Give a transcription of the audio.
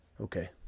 Okay